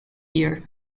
year